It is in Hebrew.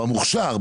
שבמוכש"ר,